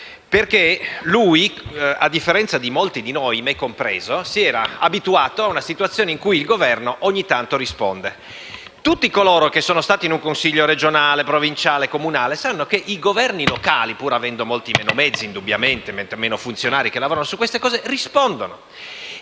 perché lui, a differenza di molti di noi, me compreso, si era abituato a una situazione in cui il Governo ogni tanto risponde. Tutti coloro che sono stati in un Consiglio regionale, provinciale o comunale, sanno che i governi locali, pur avendo indubbiamente molti meno mezzi e meno funzionari che lavorano su queste cose, rispondono.